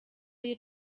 you